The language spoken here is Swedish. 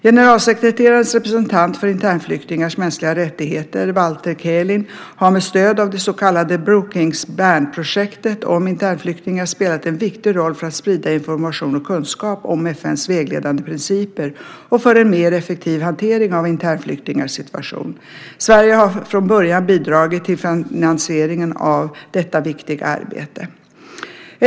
Generalsekreterarens representant för internflyktingars mänskliga rättigheter, Walter Kälin, har med stöd av det så kallade Brookings-Bern-projektet om internflyktingar spelat en viktig roll för att sprida information och kunskap om FN:s vägledande principer och för en mer effektiv hantering av internflyktingars situation. Sverige har från början bidragit till finansieringen av detta viktiga arbete.